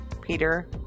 Peter